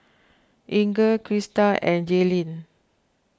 Inger Krysta and Jailyn